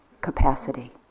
capacity